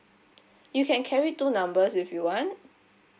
you can carry two numbers if you want